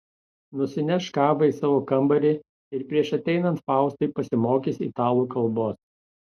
nusineš kavą į savo kambarį ir prieš ateinant faustui pasimokys italų kalbos